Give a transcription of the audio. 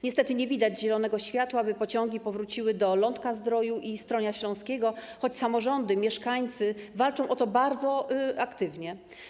Niestety, nie widać zielonego światła, jeśli chodzi o to, by pociągi powróciły do Lądka-Zdroju i Stronia Śląskiego, choć samorządy, mieszkańcy walczą o to bardzo aktywnie.